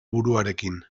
buruarekin